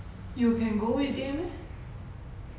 you can go weekday meh